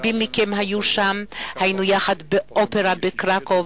רבים מכם היו שם אתנו בבית האופרה של קרקוב,